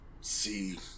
see